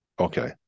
Okay